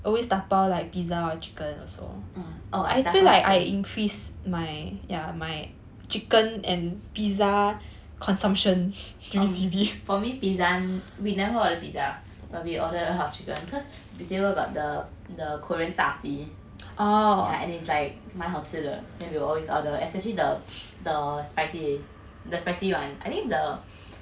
oh I 打包 chicken for me pizza we never order pizza but we order a lot of chicken cause beauty world got the the korean 炸鸡 yeah and it's like 蛮好吃的 then we will always order especially the the spicy the spicy [one] I think the